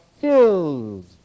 filled